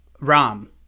Ram